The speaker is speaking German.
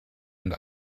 und